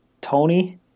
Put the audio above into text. Tony